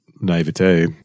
naivete